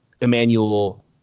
Emmanuel